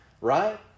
right